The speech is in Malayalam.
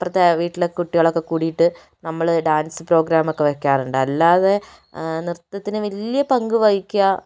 അപ്പുറത്തെ വീട്ടിലെ കുട്ടികളൊക്കെ കൂടിയിട്ട് നമ്മൾ ഡാൻസ് പ്രോഗ്രാം ഒക്കെ വെക്കാറുണ്ട് അല്ലാതെ നൃത്തത്തിന് വലിയ പങ്ക് വഹിക്കുക